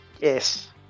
Yes